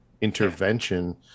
intervention